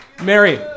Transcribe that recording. Mary